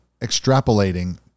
extrapolating